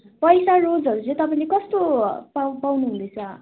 पैसा रोजहरू चाहिँ तपाईँले कस्तो पाउ पाउनु हुँदैछ